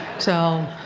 so.